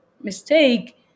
mistake